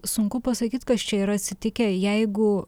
sunku pasakyti kas čia yra atsitikę jeigu